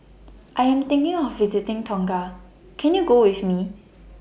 I Am thinking of visiting Tonga Can YOU Go with Me